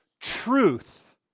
truth